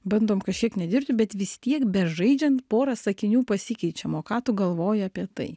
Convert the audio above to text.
bandom kažkiek nedirbti bet vis tiek bežaidžiant pora sakinių pasikeičiam o ką tu galvoji apie tai